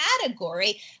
category